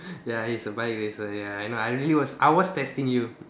ya he's a bike racer ya I know I really was I was testing you